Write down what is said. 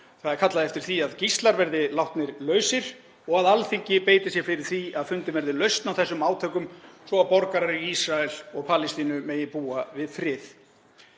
Það er kallað eftir því að gíslar verði látnir lausir og að Alþingi beiti sér fyrir því að fundin verði lausn á þessum átökum svo að borgarar Ísraels og Palestínu megi búa við frið.